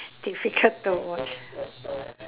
difficult to watch